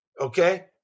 Okay